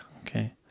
Okay